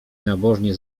nabożnie